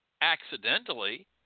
accidentally